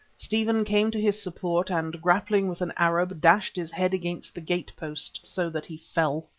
stephen came to his support and grappling with an arab, dashed his head against the gate-post so that he fell.